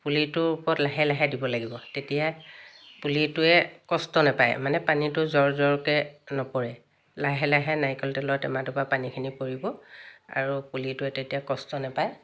পুলিটোৰ ওপৰত লাহে লাহে দিব লাগিব তেতিয়া পুলিটোৱে কষ্ট নাপায় মানে পানীটো জৰ জৰকৈ নপৰে লাহে লাহে নাৰিকল তেলৰ টেমাটোৰ পৰা পানীখিনি পৰিব আৰু পুলিটোৱে তেতিয়া কষ্ট নাপায়